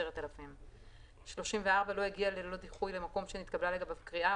10,000. (34) לא הגיע ללא דיחוי למקום שנתקבלה לגביו קריאה,